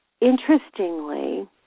interestingly